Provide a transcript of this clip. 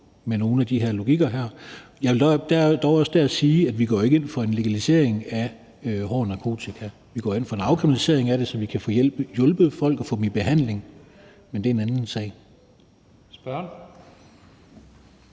med nogle af de her logikker. Der vil jeg dog også sige, at vi ikke går ind for en legalisering af hård narkotika. Vi går ind for en afkriminalisering af det, så vi kan få hjulpet folk og få dem i behandling, men det er en anden sag. Kl.